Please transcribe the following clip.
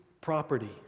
property